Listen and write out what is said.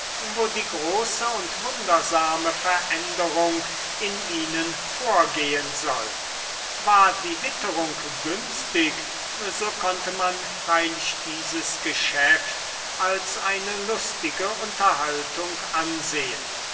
wo die große und wundersame veränderung in ihnen vorgehen soll war die witterung günstig so konnte man freilich dieses geschäft als eine lustige unterhaltung ansehen